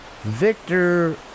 Victor